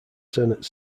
senate